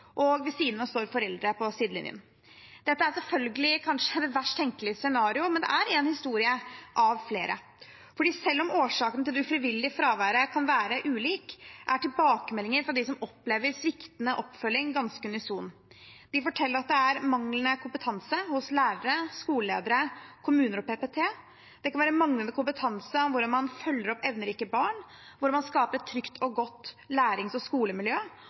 Ved siden av står foreldre på sidelinjen. Dette er selvfølgelig kanskje det verst tenkelige scenarioet, men det er en historie av flere. For selv om årsaken til det ufrivillige fraværet kan være ulik, er tilbakemeldingen fra dem som opplever sviktende oppfølging, ganske unison. De forteller at det er manglende kompetanse hos lærere, skoleledere, kommuner og PPT. Det kan være manglende kompetanse om hvordan man følger opp evnerike barn, hvordan man skaper et trygt og godt lærings- og skolemiljø,